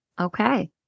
Okay